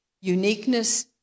uniqueness